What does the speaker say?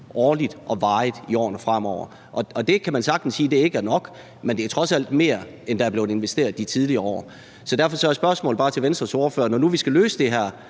årligt og varigt i årene fremover. Man kan sagtens sige, at det ikke er nok, men det er trods alt mere, end der er blevet investeret de tidligere år. Derfor er spørgsmålet bare til Venstres ordfører, at når nu vi skal løse den her